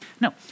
No